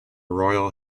royal